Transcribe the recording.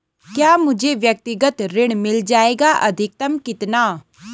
क्या मुझे व्यक्तिगत ऋण मिल जायेगा अधिकतम कितना?